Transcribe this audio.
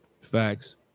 Facts